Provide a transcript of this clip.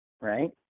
right